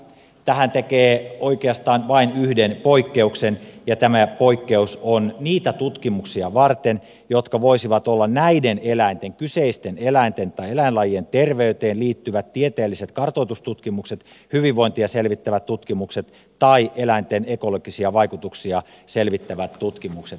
tähän tehdään oikeastaan vain yksi poikkeus ja tämä poikkeus on niitä tutkimuksia varten jotka voisivat olla näiden eläinten kyseisten eläinten tai eläinlajien terveyteen liittyvät tieteelliset kartoitustutkimukset hyvinvointia selvittävät tutkimukset tai eläinten ekologisia vaikutuksia selvittävät tutkimukset